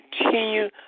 continue